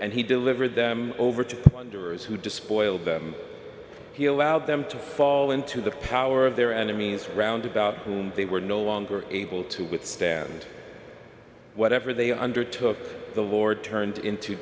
and he delivered them over to wonders who despoiled them he allowed them to fall into the power of their enemies round about whom they were no longer able to withstand whatever they undertook the lord turned into